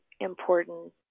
important